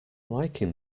liking